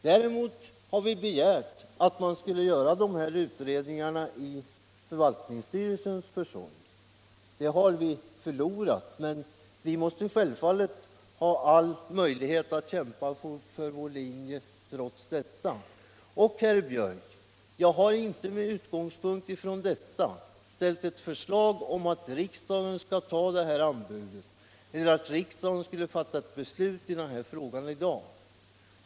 Däremot har vi begärt att utredningar om detta skulle göras genom förvaltningsstyrelsens försorg. Omröstningen om detta har vi förlorat, men vi måste självfallet ha möjlighet att kämpa för vår linje trots detta. Jag har med utgångspunkt i detta inte ställt något förslag om att riksdagen skall anta anbudet eller att riksdagen i dag skall fatta ett beslut i frågan.